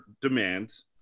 demands